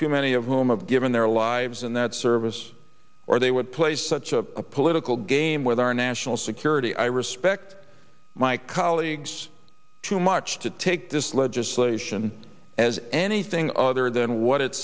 too many of whom have given their lives in that serve this or they would play such a political game with our national security i respect my colleagues too much to take this legislation as anything other than what it